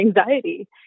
anxiety